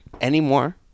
Anymore